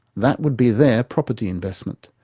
that would be their property investment.